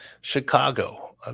Chicago